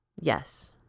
Yes